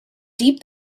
deep